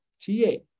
t8